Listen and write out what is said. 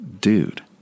dude